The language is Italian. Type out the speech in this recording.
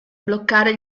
bloccare